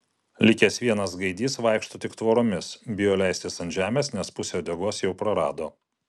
likęs vienas gaidys vaikšto tik tvoromis bijo leistis ant žemės nes pusę uodegos jau prarado